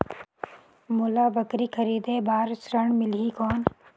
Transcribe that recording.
मोला बकरी खरीदे बार ऋण मिलही कौन?